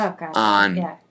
on